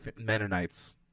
Mennonites